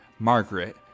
Margaret